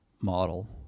model